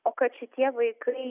o kad šitie vaikai